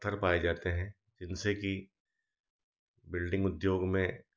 पत्थर पाए जाते हैं जिनसे कि बिल्डिंग उद्योग में